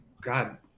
god